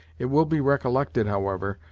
it will be recollected, however,